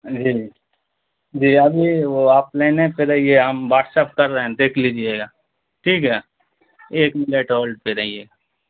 جھی جی ابھی وہ آپ لائنے پہ رہیے ہم باٹس اپ کر رہے ہیں دیکھ لیجیے گا ٹھیک ہے ایک ملٹ ہولڈ پہ رہیے گا